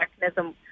mechanism